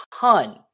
Ton